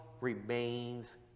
remains